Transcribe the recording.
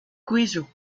guizhou